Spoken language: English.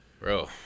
Bro